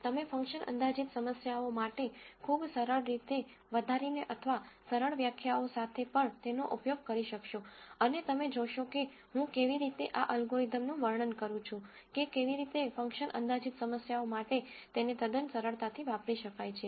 તમે ફંક્શન અંદાજીત સમસ્યાઓ માટે ખૂબ સરળ રીતે વધારીને અથવા સરળ વ્યાખ્યાઓ સાથે પણ તેનો ઉપયોગ કરી શકશો અને તમે જોશો કે હું કેવી રીતે આ અલ્ગોરીધમનું વર્ણન કરું છું કે કેવી રીતે ફંક્શન અંદાજીત સમસ્યાઓ માટે તેને તદ્દન સરળતાથી વાપરી શકાય છે